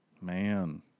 Man